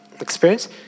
experience